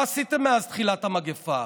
מה עשיתם מאז תחילת המגפה?